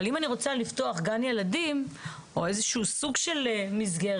אבל אם אני רוצה לפתוח גן ילדים או איזשהו סוג של מסגרת,